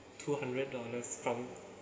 two hundred dollars from